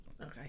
Okay